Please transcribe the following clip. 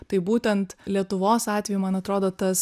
tai būtent lietuvos atveju man atrodo tas